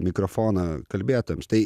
mikrofoną kalbėtojams tai